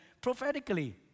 prophetically